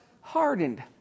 hardened